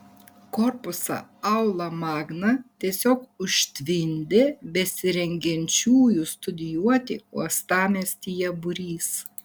korpusą aula magna tiesiog užtvindė besirengiančiųjų studijuoti uostamiestyje būrys